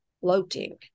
floating